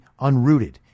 unrooted